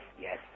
yes